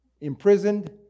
imprisoned